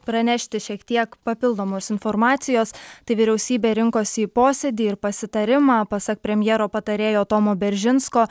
pranešti šiek tiek papildomos informacijos tai vyriausybė rinkosi į posėdį ir pasitarimą pasak premjero patarėjo tomo beržinsko